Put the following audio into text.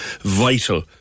vital